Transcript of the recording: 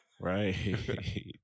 Right